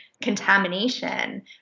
contamination